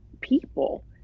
people